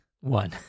One